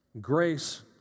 Grace